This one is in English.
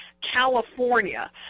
California